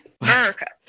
America